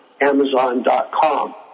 Amazon.com